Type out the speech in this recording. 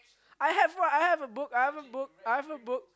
I have I have a book I have a book I have book